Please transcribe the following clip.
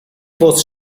was